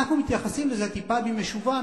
אנחנו מתייחסים לזה טיפה במשובה,